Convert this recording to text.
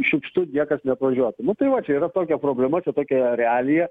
šiukštu niekas neatvažiuotų nu tai va čia yra tokia problema čia tokia realija